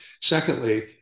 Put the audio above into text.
Secondly